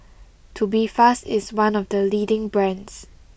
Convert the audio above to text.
Tubifast is one of the leading brands